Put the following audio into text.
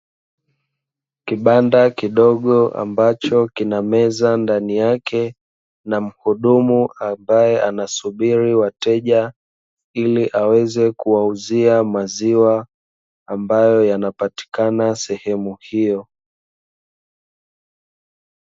Kibanda kidogo ambacho kinameza ndani yake na mhudumu ambaye anasubiri wateja, ili aweze kuwauzia maziwa ambayo yanapatikana sehemu hiyo.